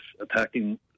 attacking